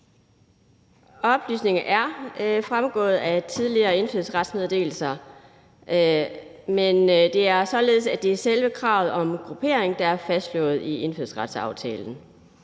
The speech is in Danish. Oplysningerne er fremgået af tidligere indfødsretsmeddelelser, men det er således, at det er selve kravet om gruppering, der er fastslået i indfødsretsaftalen.